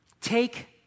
Take